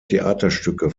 theaterstücke